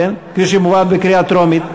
כפי שהיא מובאת לקריאה טרומית,